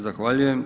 Zahvaljujem.